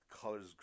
colors